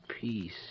peace